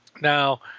Now